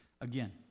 Again